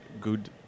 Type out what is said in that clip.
good